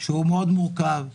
שהוא מורכב מאוד,